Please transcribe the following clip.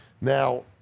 Now –